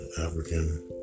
African